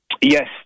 Yes